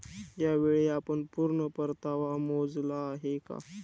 यावेळी आपण पूर्ण परतावा मोजला आहे का?